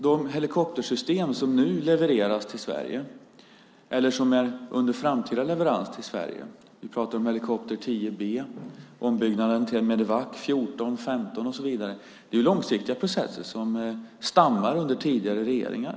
De helikoptersystem som nu levereras till Sverige eller som är under framtida leverans till Sverige - vi pratar om helikopter 10 B, ombyggnaden till en Medevac, 14, 15 och så vidare - är långsiktiga processer som stammar från tidigare regeringar.